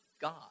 God